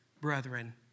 brethren